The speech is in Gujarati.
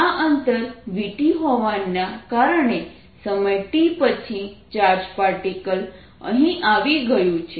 આ અંતર v t હોવાના કારણે સમય t પછી ચાર્જ પાર્ટિકલ અહીં આવી ગયું છે